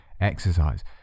exercise